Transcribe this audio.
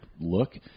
look